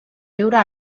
viure